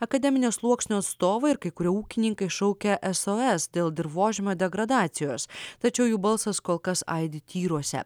akademinio sluoksnio atstovai ir kai kurie ūkininkai šaukia sos dėl dirvožemio degradacijos tačiau jų balsas kol kas aidi tyruose